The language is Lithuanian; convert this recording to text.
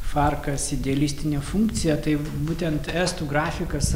farkas idealistinė funkcija taip būtent estų grafikas